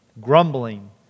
Grumbling